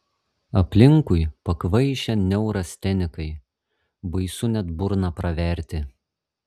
aplinkui pakvaišę neurastenikai baisu net burną praverti